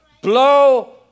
Blow